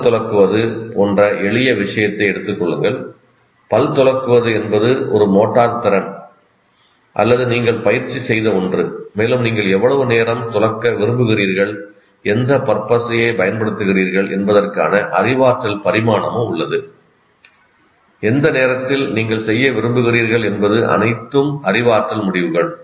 பல் துலக்குவது போன்ற எளிய விஷயத்தை எடுத்துக் கொள்ளுங்கள் பல் துலக்குவது என்பது ஒரு மோட்டார் திறன் அல்லது நீங்கள் பயிற்சி செய்த ஒன்று மேலும் நீங்கள் எவ்வளவு நேரம் துலக்க விரும்புகிறீர்கள் எந்த பற்பசையை பயன்படுத்துகிறீர்கள் என்பதற்கான அறிவாற்றல் பரிமாணமும் உள்ளது எந்த நேரத்தில் நீங்கள் செய்ய விரும்புகிறீர்கள் என்பது அனைத்தும் அறிவாற்றல் முடிவுகள்